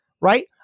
right